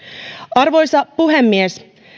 arvoisa puhemies